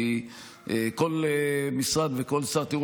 כי כל משרד וכל שר תראו,